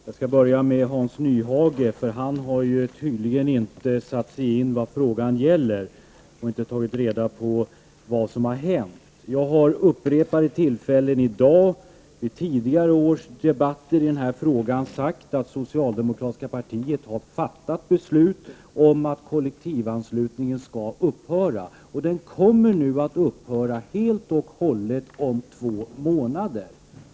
Herr talman! Jag skall börja med Hans Nyhage. Hans Nyhage har tydligen inte satt sig in i vad frågan gäller och inte tagit reda på vad som har hänt. Jag har vid upprepade tillfällen i dag och vid tidigare års debatter i denna fråga sagt att det socialdemokratiska partiet har fattat beslut om att kollektivanslutningen skall upphöra. Den kommer nu att upphöra helt och hållet om två månader.